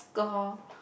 score